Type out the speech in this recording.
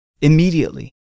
Immediately